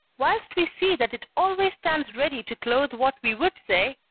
whilst we see that it always stands ready to clothe what we would say,